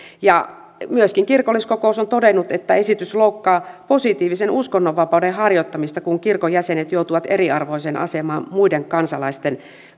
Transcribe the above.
myöskin kirkolliskokous on todennut että esitys loukkaa positiivisen uskonnonvapauden harjoittamista kun kirkon jäsenet joutuvat eriarvoiseen asemaan muiden kansalaisten